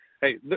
Hey